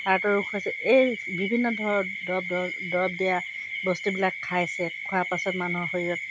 হাৰ্টৰ ৰোগ হৈছে এই বিভিন্ন ধৰ দৰৱ দৰৱ দিয়া বস্তুবিলাক খাইছে খোৱাৰ পাছত মানুহৰ শৰীৰত